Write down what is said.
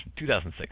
2006